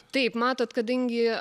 taip matot kadangi